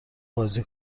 بازی